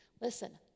Listen